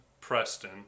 preston